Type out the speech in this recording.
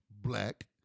black